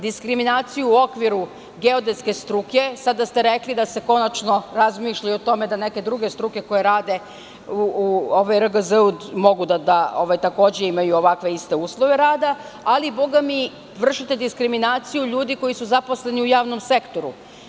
Diskriminaciju u okviru geodetske struke, sada ste rekli da se konačno razmišlja i o tome da neke druge struke koje rade u RGZ mogutakođe da imaju ovakve iste uslove rada, ali, boga mi, vršite diskriminaciju ljudi koji su zaposleni u javnom sektoru.